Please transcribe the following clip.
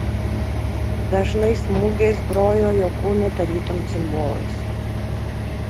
dažnais smūgiais grojo jo kūnu tarytum cimbolais